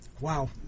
Wow